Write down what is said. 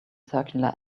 circular